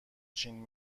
چین